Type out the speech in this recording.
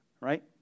Right